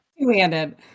two-handed